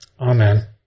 amen